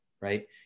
right